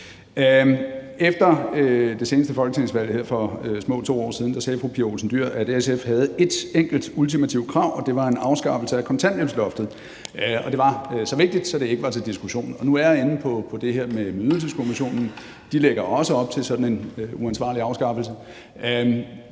Efter det seneste folketingsvalg for små 2 år siden sagde fru Pia Olsen Dyhr, at SF havde et enkelt ultimativt krav, nemlig en afskaffelse af kontanthjælpsloftet, og at det var så vigtigt, at det ikke var til diskussion. Nu er der det med Ydelseskommissionen, at de også lægger op til sådan en uansvarlig afskaffelse.